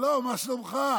שלום, מה שלומך?